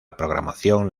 programación